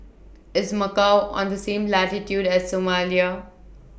IS Macau on The same latitude as Somalia